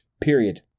period